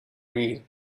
reed